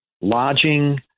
lodging